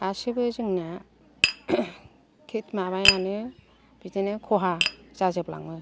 गासिबो जोंना खेत माबायानो बिदिनो खहा जाजोबलाङो